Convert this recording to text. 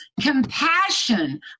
compassion